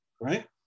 right